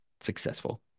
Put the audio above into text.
Successful